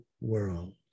world